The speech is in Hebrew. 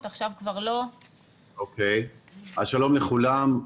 שלום לכולם,